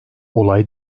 olay